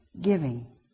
giving